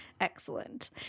Excellent